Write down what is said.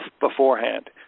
beforehand